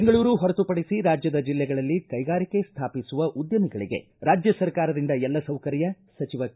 ಬೆಂಗಳೂರು ಹೊರತು ಪಡಿಸಿ ರಾಜ್ಯದ ಜಿಲ್ಲೆಗಳಲ್ಲಿ ಕೈಗಾರಿಕೆ ಸ್ಥಾಪಿಸುವ ಉದ್ಯಮಿಗಳಿಗೆ ರಾಜ್ಯ ಸರ್ಕಾರದಿಂದ ಎಲ್ಲ ಸೌಕರ್ಯ ಸಚಿವ ಕೆ